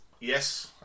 Yes